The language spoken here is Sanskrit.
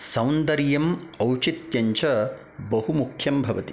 सौन्दर्यं औचित्यं च बहु मुख्यं भवति